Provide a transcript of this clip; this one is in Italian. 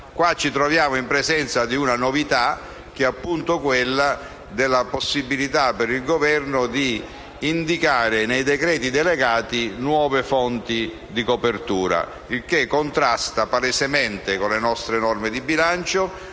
caso ci troviamo in presenza di una novità, che è la possibilità per il Governo di indicare nei decreti delegati nuove fonti di copertura, il che contrasta palesemente con le nostre norme di bilancio